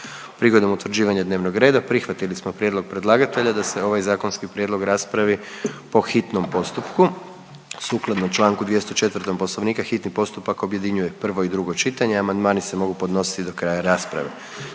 Prigodom utvrđivanja dnevnog reda prihvatili smo prijedlog predlagatelja da se ovaj zakonski prijedlog raspravi po hitnom postupku. Sukladno članku 204. Poslovnika hitni postupak objedinjuje prvo i drugo čitanje. Amandmani se mogu podnositi do kraja rasprave.